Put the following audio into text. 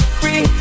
free